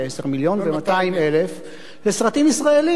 2010, מיליון ו-200,000 הלכו לסרטים ישראליים,